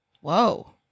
Whoa